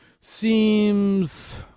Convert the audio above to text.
seems